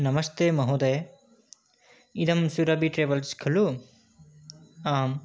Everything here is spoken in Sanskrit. नमस्ते महोदय इदं सुरभि ट्रावेल्स् खलु आम्